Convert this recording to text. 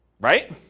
right